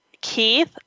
Keith-